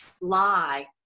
lie